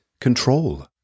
control